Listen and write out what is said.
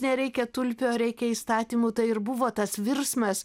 nereikia tulpių o reikia įstatymų tai ir buvo tas virsmas